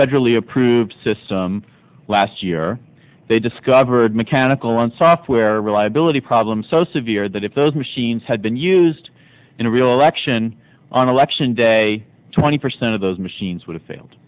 federally approved system last year they discovered mechanical and software reliability problems so severe that if those machines had been used in a real election on election day twenty percent of those machines would have failed